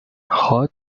хойд